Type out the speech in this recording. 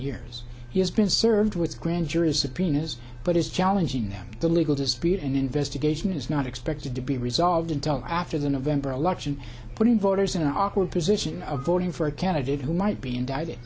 years he has been served with a grand jury subpoenas but is challenging that the legal dispute and investigation is not expected to be resolved until after the november election putting voters in an awkward position of voting for a candidate who might be indicted